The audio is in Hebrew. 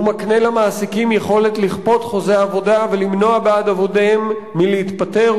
הוא מקנה למעסיקים יכולת לכפות חוזה עבודה ולמנוע בעד עובדיהם להתפטר,